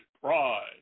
pride